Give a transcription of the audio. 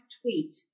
tweet